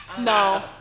No